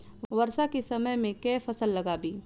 वर्षा केँ समय मे केँ फसल लगाबी?